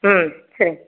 ம் சரி